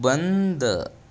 बंद